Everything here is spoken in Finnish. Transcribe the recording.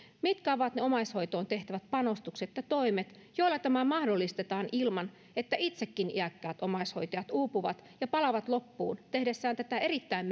mitkä ovat ne omaishoitoon tehtävät panostukset ja toimet joilla tämä mahdollistetaan ilman että itsekin iäkkäät omaishoitajat uupuvat ja palavat loppuun tehdessään tätä erittäin